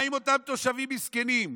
מה עם אותם תושבים מסכנים?